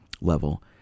level